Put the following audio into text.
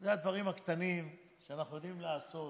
אלה הדברים הקטנים שאנחנו יודעים לעשות